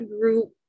group